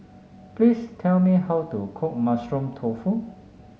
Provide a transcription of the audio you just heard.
please tell me how to cook Mushroom Tofu